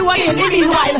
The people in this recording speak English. meanwhile